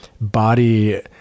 body